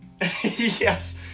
yes